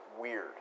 weird